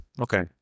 Okay